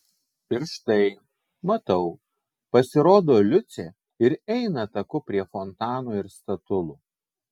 ir štai matau pasirodo liucė ir eina taku prie fontano ir statulų